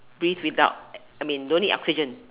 live without I mean don't need oxygen